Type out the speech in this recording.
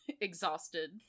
exhausted